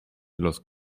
los